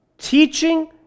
Teaching